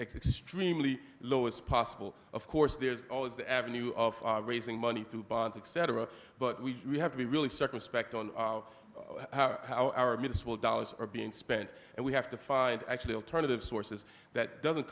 extremely low as possible of course there's always the avenue of raising money through bonds etc but we have to be really circumspect on how our municipal dollars are being spent and we have to find actually alternative sources that doesn't